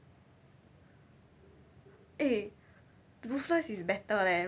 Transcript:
eh ruthless is better leh